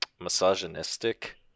misogynistic